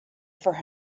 for